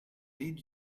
did